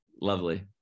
Lovely